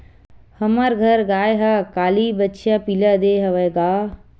हमर घर गाय ह काली बछिया पिला दे हवय गा